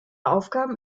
aufgaben